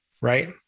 right